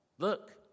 Look